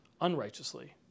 unrighteously